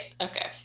Okay